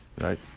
right